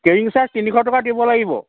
carrying charge তিনিশ টকা দিব লাগিব